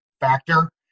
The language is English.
factor